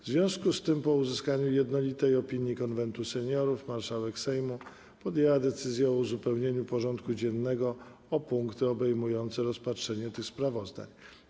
W związku z tym, po uzyskaniu jednolitej opinii Konwentu Seniorów, marszałek Sejmu podjęła decyzję o uzupełnieniu porządku dziennego o punkty obejmujące rozpatrzenie tych sprawozdań.